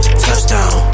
touchdown